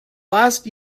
last